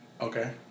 Okay